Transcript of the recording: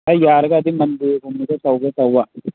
ꯑꯩ ꯌꯥꯔꯒꯗꯤ ꯃꯟꯗꯦꯒꯨꯝꯕꯗ ꯇꯧꯒꯦ ꯇꯧꯕ